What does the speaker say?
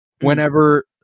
Whenever